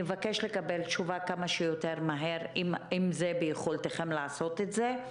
נבקש לקבל תשובה כמה שיותר מהר אם זה ביכולתכם לעשות את זה,